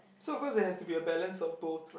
so because it has to be a balance of both right